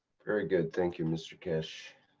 very good. thank you, mr. keshe!